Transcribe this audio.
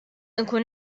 inkun